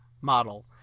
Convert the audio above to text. model